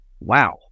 Wow